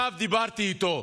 עכשיו דיברתי איתו.